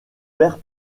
père